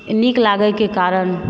नीक लागै के कारण